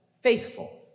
Faithful